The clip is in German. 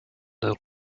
der